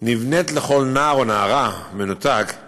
נבנית לכל נער או נערה מנותקים